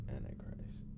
Antichrist